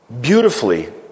beautifully